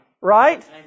Right